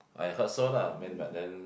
I heard so lah then but then